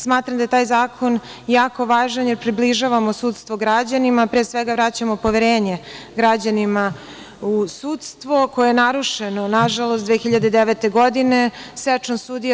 Smatram da je taj zakon jako važan, jer približavamo sudstvo građanima, pre svega vraćamo poverenje građanima u sudstvo, koje je narušeno, nažalost, 2009. godine, sečom sudija.